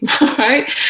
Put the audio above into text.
right